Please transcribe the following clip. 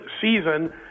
season